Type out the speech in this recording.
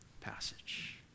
passage